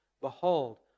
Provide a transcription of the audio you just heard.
Behold